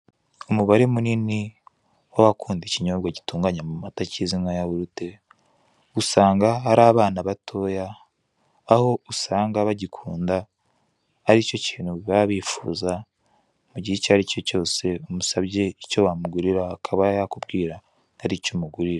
Umubare munini w'abakunda ikinyobwa gitunganya amata kizwi nka yahurute usanga ari abana batoya, aho usanga bagikunda aricyo kintu baba bifuza mugihe icyo aricyo cyose umusabye icyo wamugurira akaba aricyo yakubwira.